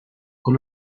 con